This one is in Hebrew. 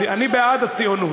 אני בעד הציונות.